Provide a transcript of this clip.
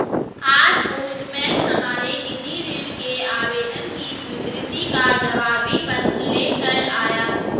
आज पोस्टमैन हमारे निजी ऋण के आवेदन की स्वीकृति का जवाबी पत्र ले कर आया